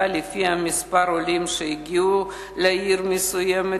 לפי מספר העולים שהגיעו לעיר מסוימת.